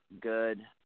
good